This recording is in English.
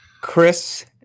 Chris